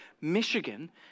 Michigan